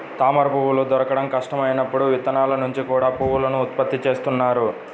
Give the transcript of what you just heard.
తామరపువ్వులు దొరకడం కష్టం అయినప్పుడు విత్తనాల నుంచి కూడా పువ్వులను ఉత్పత్తి చేస్తున్నారు